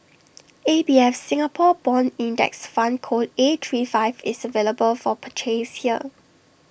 A B F Singapore Bond index fund code A three five is available for purchase here